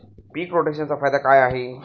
पीक रोटेशनचा फायदा काय आहे?